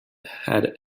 had